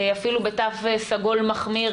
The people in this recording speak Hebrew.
אפילו בתו סגול מחמיר,